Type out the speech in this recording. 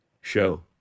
show